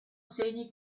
segni